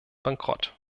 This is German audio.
bankrott